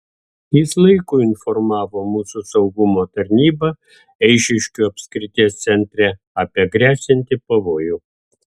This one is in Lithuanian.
jis laiku informavo mūsų saugumo tarnybą eišiškių apskrities centre apie gresianti pavojų